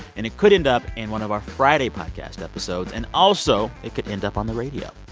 and it could end up in one of our friday podcast episodes. and also, it could end up on the radio.